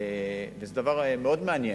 זה דבר מאוד מעניין.